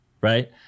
right